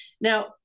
Now